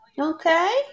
Okay